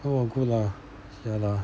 oh cool lah ya lah